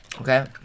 Okay